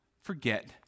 forget